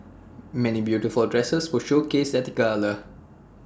many beautiful dresses were showcased at the gala